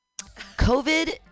covid